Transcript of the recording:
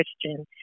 Christian